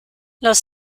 los